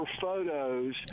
photos